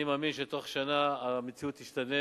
אני מאמין שתוך שנה המציאות תשתנה